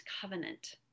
covenant